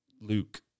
Luke